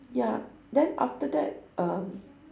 ya then after that uh